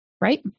right